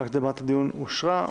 הקדמת הדיון אושרה.